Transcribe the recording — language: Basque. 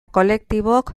kolektibok